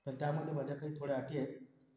आणि त्यामध्ये माझ्या काही थोड्या अटी आहेत